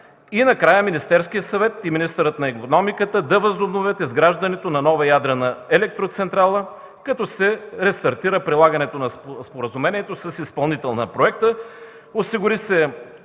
и накрая Министерският съвет и министърът на икономиката да възобновят изграждането на нова ядрена електроцентрала, като се рестартира прилагането на споразумението с изпълнител на проекта,